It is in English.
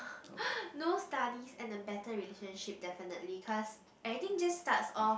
no studies and a better relationship definitely cause everything just starts off